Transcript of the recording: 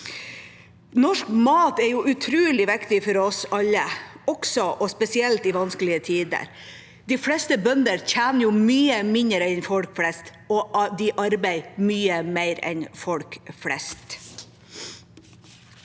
Norsk mat er utrolig viktig for oss alle, spesielt i vanskelige tider. De fleste bønder tjener mye mindre og arbeider mye mer enn folk flest.